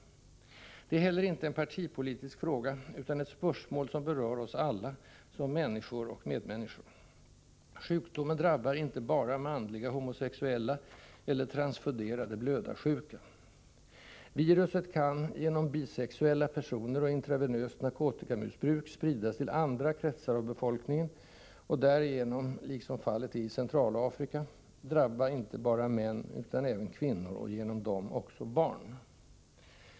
Debatten gäller heller inte en partipolitisk fråga, utan ett spörsmål som berör oss alla som människor och medmänniskor. Sjukdomen drabbar inte bara manliga homosexuella eller transfunderade blödarsjuka. Viruset kan genom bisexuella personer och intravenöst narkotikamissbruk spridas till andra kretsar av befolkningen och därigenom — liksom fallet är i Centralafrika — drabba inte bara män utan även kvinnor och genom dem också barn.